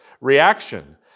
reaction